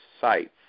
sites